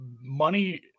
money